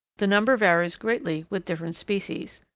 the number varies greatly with different species.